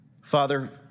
Father